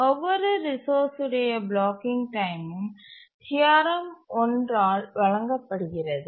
ஒவ்வொரு ரிசோர்ஸ் உடைய பிளாக்கிங் டைமும் தியரம் ஒன்றால் வழங்கப்படுகிறது